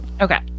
Okay